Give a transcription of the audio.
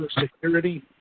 security